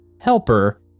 helper